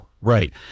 right